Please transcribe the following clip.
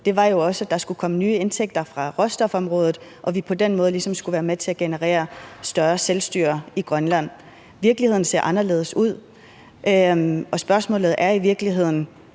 også var, at der skulle komme nye indtægter fra råstofområdet, og at vi på den måde ligesom skulle være med til at generere mere selvstyre i Grønland. Virkeligheden ser anderledes ud, og spørgsmålet til os alle